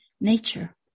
nature